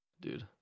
dude